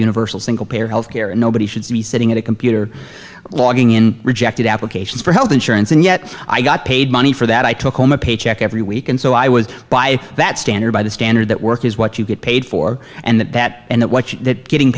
universal single payer health care and nobody should be sitting at a computer logging in rejected applications for health insurance and yet i got paid money for that i took home a paycheck every week and so i was by that standard by the standard that work is what you get paid for and that that and that